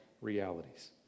realities